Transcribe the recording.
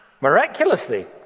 miraculously